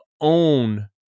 own